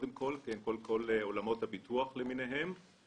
בכל עולמות הביטוח למיניהם,